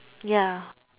ya